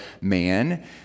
man